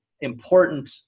important